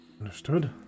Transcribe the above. Understood